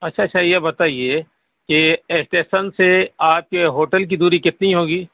اچھا اچھا یہ بتائیے کہ اسٹیشن سے آپ کے ہوٹل کی دوری کتنی ہوگی